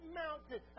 mountain